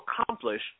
accomplish